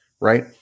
Right